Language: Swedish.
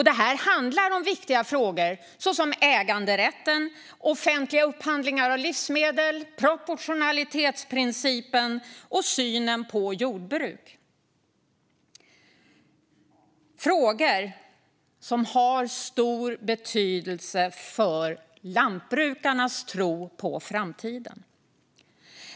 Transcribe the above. Det handlar om viktiga frågor som äganderätten, offentliga upphandlingar av livsmedel, proportionalitetsprincipen och synen på jordbruk, frågor som har stor betydelse för lantbrukarnas tro på framtiden.